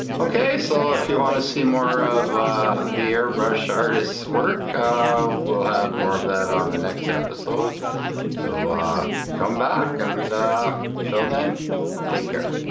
okay so if you want to see more of the airbrushed artists work we'll have more of that on the next episode so come back and till then take care